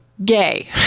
Gay